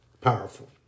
powerful